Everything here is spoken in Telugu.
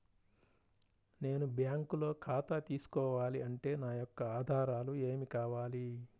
నేను బ్యాంకులో ఖాతా తీసుకోవాలి అంటే నా యొక్క ఆధారాలు ఏమి కావాలి?